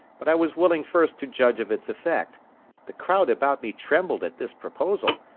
but i was willing first to judge of its effect the crowd about me trembled at this proposal,